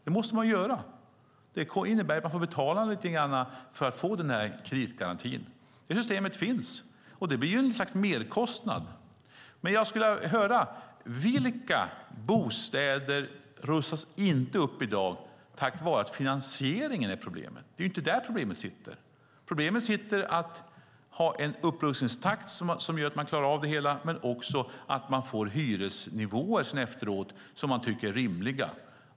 Det måste vi göra. Det innebär att man får betala lite grann för att få kreditgarantin. Systemet finns, och det blir ett slags merkostnad. Jag skulle vilja höra: Vilka bostäder rustas inte upp i dag tack vare att finansieringen är problemet? Det är inte där problemet sitter. Problemet sitter i att ha en upprustningstakt som gör att man klarar av det hela och att man efteråt får hyresnivåer som man tycker är rimliga.